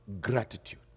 gratitude